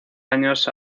años